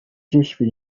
ҫеҫ